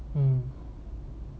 mm